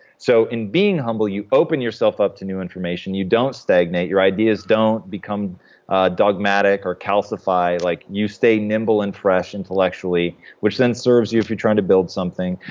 so in being humble, you open yourself up to new information. you don't stagnate. your ideas don't become dogmatic or calcified. like you stay nimble and fresh intellectually, which then serves you if you're trying to build something.